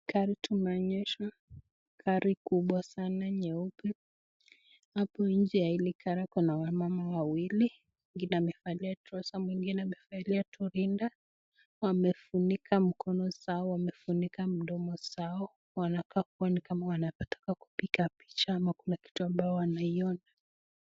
Hapa tunaonyeswa gari kubwa sana nyeupe, hapo nje la hili gari kuna wanaume wawili, mwingine amevalia [trouser] mwingine amevaliatu rinda, wamefunika mkono sawa, wamefunika mdomo sawa. Wanaka kuwa nikama wanataka kupiga picha ama kuna kitu ambao wanaiona.